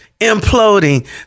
imploding